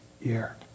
year